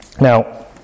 Now